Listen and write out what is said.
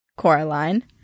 Coraline